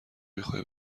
میخوایی